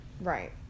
Right